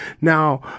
Now